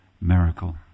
miracle